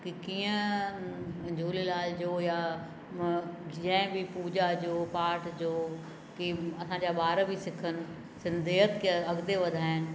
की कीअं झूलेलाल जो या जंहिं बि पूॼा जो पाठ जो की असांजा ॿार बि सिखनि सिंधीअत खे अॻिते वधाइनि